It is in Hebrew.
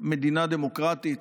מדינה דמוקרטית,